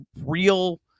real